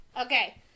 Okay